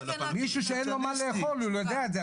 מישהו שאין מה לאכול, הוא יודע את זה.